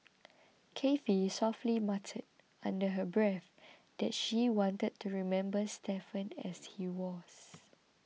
Cathy softly muttered under her breath that she wanted to remember Stephen as he was